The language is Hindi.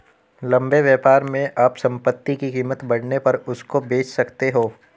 लंबे व्यापार में आप संपत्ति की कीमत बढ़ने पर उसको बेच सकते हो